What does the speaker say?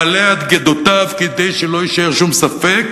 מלא עד גדותיו עד כדי שלא יישאר שום ספק,